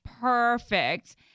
perfect